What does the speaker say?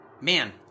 man